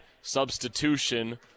Substitution